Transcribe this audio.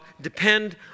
depend